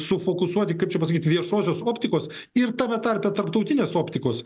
sufokusuoti kaip čia pasakyt viešosios optikos ir tame tarpe tarptautinės optikos